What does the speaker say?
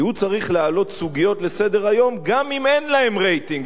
כי הוא צריך לעלות סוגיות על סדר-היום גם אם אין להן רייטינג.